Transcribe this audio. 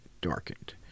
darkened